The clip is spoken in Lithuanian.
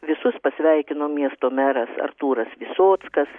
visus pasveikino miesto meras artūras visockas